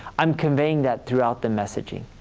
i'm conveying that throughout the messaging.